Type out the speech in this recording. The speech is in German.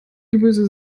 gemüse